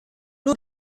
nur